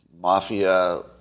mafia